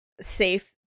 safe